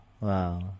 wow